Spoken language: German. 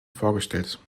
vorgestellt